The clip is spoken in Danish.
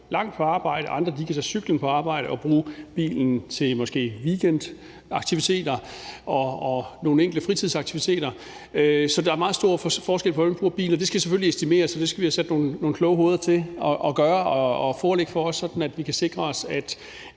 langt til arbejde, andre kan tage cyklen til arbejde og måske bruge bilen til weekendaktiviteter og nogle enkelte fritidsaktiviteter. Så der er meget stor forskel på, hvem der bruger bilen, og det skal selvfølgelig estimeres, og det skal vi have sat nogle kloge hoveder til at gøre og forelægge for os, sådan at vi kan sikre os, at